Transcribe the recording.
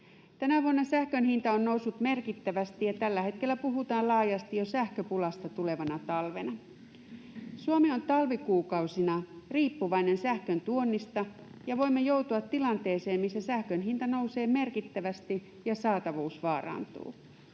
Tänä vuonna sähkön hinta on noussut merkittävästi, ja tällä hetkellä puhutaan laajasti jo sähköpulasta tulevana talvena. Suomi on talvikuukausina riippuvainen sähkön tuonnista, ja voimme joutua tilanteeseen, missä sähkön hinta nousee merkittävästi ja saatavuus vaarantuu.